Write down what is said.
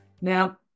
Now